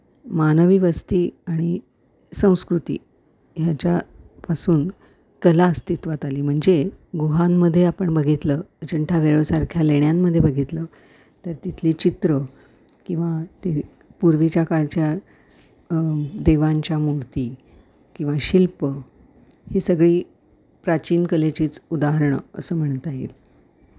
मानवी वस्ती आणि संस्कृती ह्याच्यापासून कला अस्तित्वात आली म्हणजे गुहांमध्ये आपण बघितलं अजंठा वेरुळसारख्या लेण्यांमध्ये बघितलं तर तिथले चित्र किंवा ते पूर्वीच्या काळच्या देवांच्या मूर्ती किंवा शिल्पं ही सगळी प्राचीन कलेचीच उदाहरणं असं म्हणता येईल